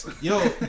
yo